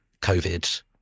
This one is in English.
COVID